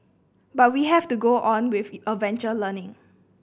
but we have to go on with adventure learning